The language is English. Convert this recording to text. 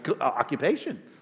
occupation